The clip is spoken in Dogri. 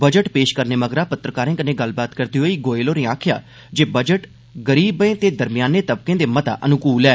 बजट पेष करने मगरा पत्रकारें कन्नै गल्लबात करदे होई गोयल होरें आखेआ जे बजट एह् बजट गरीबें ते दरम्याने तबके दे मता अनुकूल ऐ